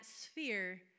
sphere